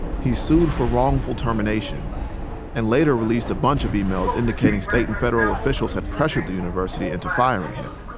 he sued for wrongful termination and later released a bunch of emails indicating state and federal officials had pressured the university into firing him.